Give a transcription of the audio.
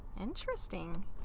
Interesting